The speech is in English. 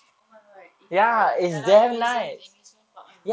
oh my god it's like the dalam amazement amusement park [one]